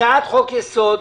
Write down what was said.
הצעת חוק-יסוד: